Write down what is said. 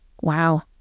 wow